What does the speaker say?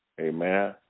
Amen